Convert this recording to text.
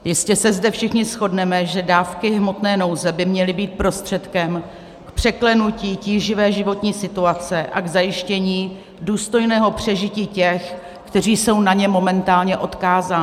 Jistě se zde všichni shodneme, že dávky hmotné nouze by měly být prostředkem k překlenutí tíživé životní situace a k zajištění důstojného přežití těch, kteří jsou na ně momentálně odkázáni.